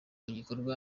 gikorwa